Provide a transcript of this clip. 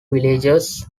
villages